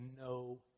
no